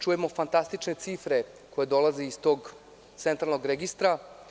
Čujemo fantastične cifre koje dolaze iz tog centralnog registra.